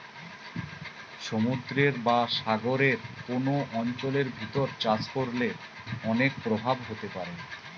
সমুদ্রের বা সাগরের কোন অঞ্চলের ভিতর চাষ করলে অনেক প্রভাব হতে পারে